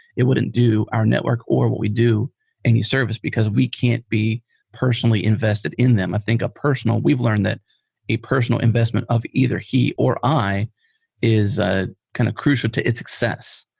it wouldn't do our network or what we do any service, because we can't be personally invested in them. i think a personal we've learned that a personal investment of either he or i is ah kind of crucial to its success.